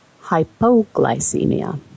hypoglycemia